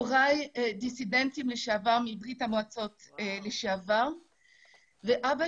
הוריי דיסידנטים מברית המועצות לשעבר ואבא